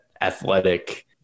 athletic